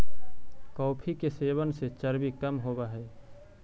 coffee के सेवन से चर्बी कम होब हई